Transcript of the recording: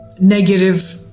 negative